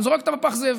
אני זורק אותה בפח הזבל.